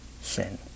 sin